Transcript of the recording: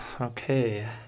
Okay